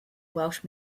welsh